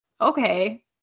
okay